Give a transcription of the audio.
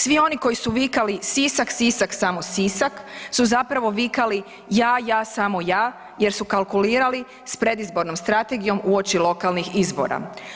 Svi oni koji su vikali Sisak, Sisak, samo Sisak su zapravo vikali ja, ja, samo ja jer su kalkulirali s predizbornom strategijom uoči lokalnih izbora.